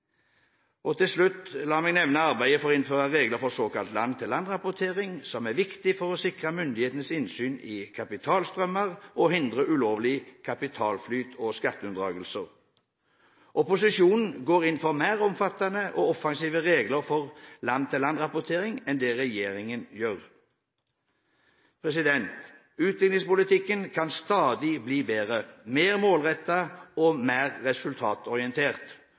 til slutt nevne arbeidet for å innføre regler for såkalt land-for-land-rapportering som er viktig for å sikre myndighetenes innsyn i kapitalstrømmer, og hindre ulovlig kapitalflyt og skatteunndragelser. Opposisjonen går inn for mer omfattende og offensive regler for land-for-land-rapportering enn det regjeringen gjør. Utviklingspolitikken kan stadig bli bedre, mer målrettet og mer resultatorientert.